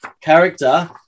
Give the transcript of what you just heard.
character